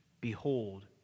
behold